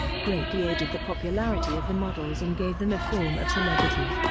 greatly aided the popularity of the models and gave them a form of celebrity.